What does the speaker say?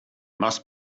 must